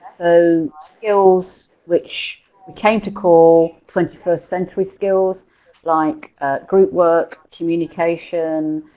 so, skills which we came to call twenty first century skills like group work, communication,